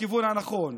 בכיוון הנכון.